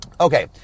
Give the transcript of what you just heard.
Okay